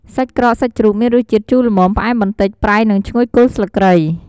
សាច់ក្រកសាច់ជ្រូក មានរសជាតិជូរល្មម ផ្អែមបន្តិច ប្រៃ និងឈ្ងុយគល់ស្លឹកគ្រៃ។